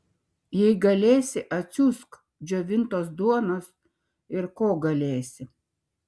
jei galėsi atsiųsk džiovintos duonos ir ko galėsi